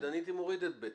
אני הייתי מוריד את (ב).